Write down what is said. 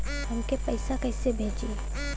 हमके पैसा कइसे भेजी?